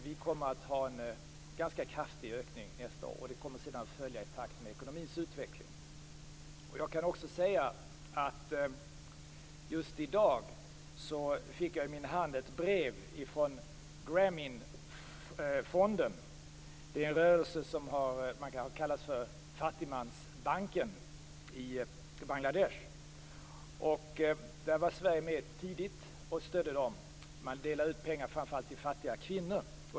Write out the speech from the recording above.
Vi kommer att ha en ganska kraftig ökning nästa år. Den kommer att följa i takt med ekonomins utveckling. Jag kan också säga att just i dag fick jag i min hand ett brev från Grameenfonden. Det är en rörelse som har kallats för fattigmansbanken i Bangladesh. Sverige var tidigt med och stödde dem. Man delar ut pengar till framför allt fattiga kvinnor.